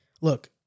look